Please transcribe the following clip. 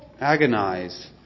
Agonize